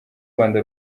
rwanda